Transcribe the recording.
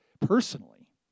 personally